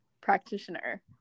practitioner